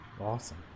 Awesome